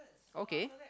okay